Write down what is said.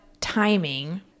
timing